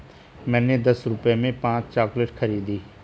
मैंने दस रुपए में पांच चॉकलेट खरीदी